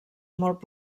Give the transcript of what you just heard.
molt